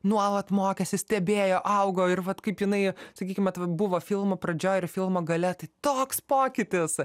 nuolat mokėsi stebėjo augo ir vat kaip jinai sakykim vat buvo filmo pradžioj ir filmo gale tai toks pokytis